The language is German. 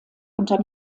unter